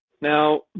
Now